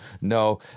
No